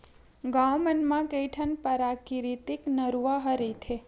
गाँव मन म कइठन पराकिरितिक नरूवा ह रहिथे